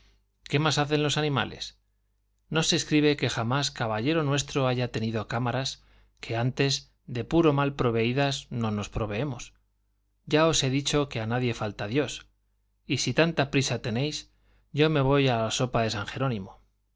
qué más hacen los animales no se escribe que jamás caballero nuestro haya tenido cámaras que antes de puro mal proveídos no nos proveemos ya os he dicho que a nadie falta dios y si tanta prisa tenéis yo me voy a la sopa de san jerónimo